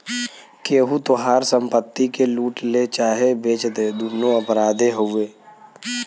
केहू तोहार संपत्ति के लूट ले चाहे बेच दे दुन्नो अपराधे हउवे